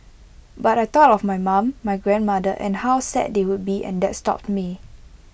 but I thought of my mum my grandmother and how sad they would be and that stopped me